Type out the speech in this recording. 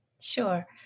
Sure